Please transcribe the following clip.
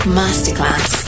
masterclass